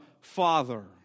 Father